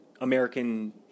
American